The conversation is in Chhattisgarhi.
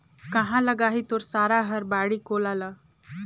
काँहा लगाही तोर सारा हर बाड़ी कोला ल